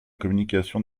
communication